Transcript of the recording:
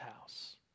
house